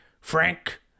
Frank